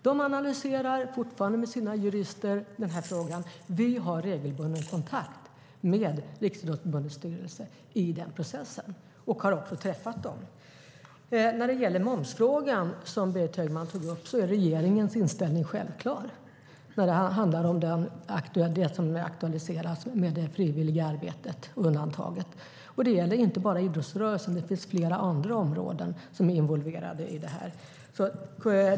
De analyserar fortfarande frågan med sina jurister, och vi har regelbunden kontakt med Riksidrottsförbundets styrelse i denna process. Vi har också träffat dem. Berit Högman tog upp momsfrågan. När det handlar om det som har aktualiserats om det frivilliga arbetet och undantaget är regeringens inställning självklar. Det gäller inte bara idrottsrörelsen, utan det finns flera andra områden som är involverade i detta.